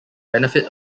benefit